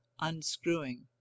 unscrewing